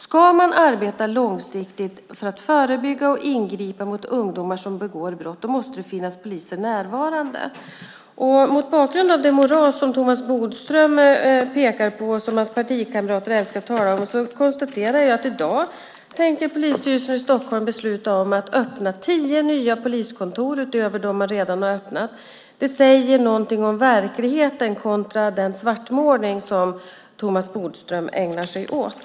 Ska man arbeta långsiktigt för att förebygga och ingripa mot ungdomar som begår brott måste det finnas poliser närvarande. Mot bakgrund av det moras som Thomas Bodström pekar på och som hans partikamrater älskar att tala om konstaterar jag att polisstyrelsen i Stockholm i dag tänker besluta om att öppna tio nya poliskontor utöver dem man redan har öppnat. Det säger någonting om verkligheten kontra den svartmålning som Thomas Bodström ägnar sig åt.